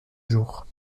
jour